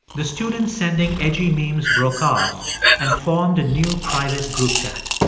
the students sending edgy memes broke off and formed a new private group chat.